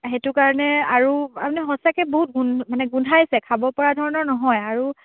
সেইটো কাৰণে আৰু আপুনি সঁচাকৈ বহুত গোন মানে গোন্ধাইছে খাব পৰা ধৰণৰ নহয় আৰু